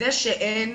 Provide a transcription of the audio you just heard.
זה שאין